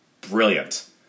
Brilliant